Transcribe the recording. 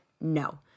No